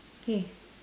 K